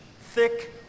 thick